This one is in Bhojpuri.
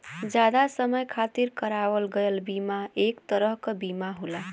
जादा समय खातिर करावल गयल बीमा एक तरह क बीमा होला